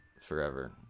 forever